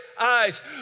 eyes